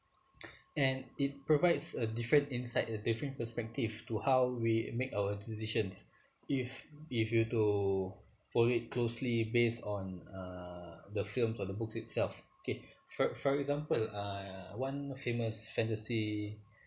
and it provides a different insight a different perspective to how we make our decisions if if you were to follow it closely based on uh the film or the book itself okay for for example err one famous fantasy